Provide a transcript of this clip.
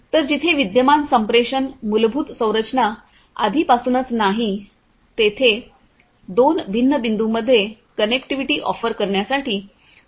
तर जिथे विद्यमान संप्रेषण मूलभूत संरचना आधीपासूनच नाही तेथे दोन भिन्न बिंदूंमध्ये कनेक्टिव्हिटी ऑफर करण्यासाठी यूएव्हीचा वापर केला जाऊ शकतो